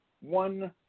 one